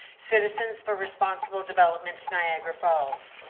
citizens for responsible development, niagara falls.